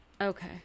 Okay